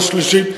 לא שלישית,